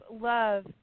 love